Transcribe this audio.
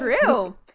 true